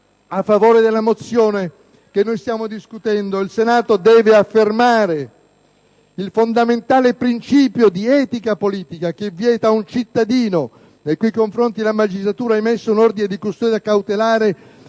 a favore della mozione che stiamo discutendo, il Senato deve affermare il fondamentale principio di etica politica che vieta a un cittadino nei cui confronti la magistratura ha emesso un ordine di custodia cautelare